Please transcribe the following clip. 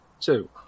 Two